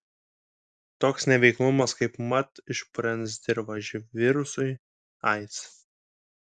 toks neveiklumas kaipmat išpurens dirvą živ virusui aids